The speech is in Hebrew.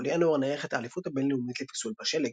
בכל ינואר נערכת האליפות הבינלאומית לפיסול בשלג.